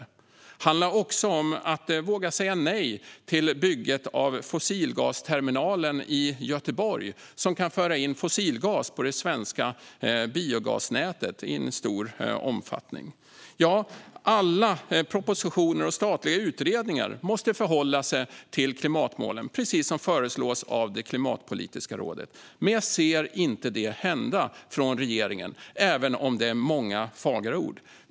Det handlar också om att våga säga nej till bygget av fossilgasterminalen i Göteborg, som kan föra in fossilgas på det svenska biogasnätet i stor omfattning. Alla propositioner och statliga utredningar måste förhålla sig till klimatmålen, precis som föreslås av Klimatpolitiska rådet. Men jag ser det inte hända från regeringen, även om det är många fagra ord.